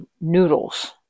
noodles